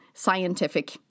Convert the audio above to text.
scientific